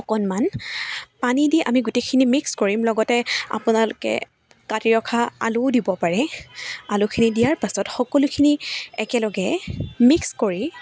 অকণমান পানী দি আমি গোটেইখিনি মিক্স কৰিম লগতে আপোনালোকে কাটি ৰখা আলুও দিব পাৰে আলুখিনি দিয়াৰ পাছত সকলোখিনি একেলগে মিক্স কৰি